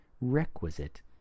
requisite